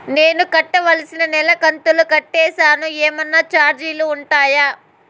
నేను కట్టాల్సిన నెల కంతులు కట్టేకి ఏమన్నా చార్జీలు ఉంటాయా?